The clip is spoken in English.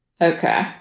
Okay